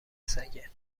سگه